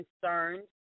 concerned